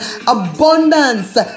abundance